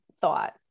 thought